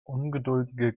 ungeduldige